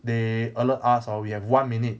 they alert us hor we have one minute